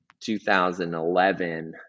2011